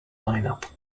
lineup